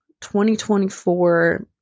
2024